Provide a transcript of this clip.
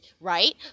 right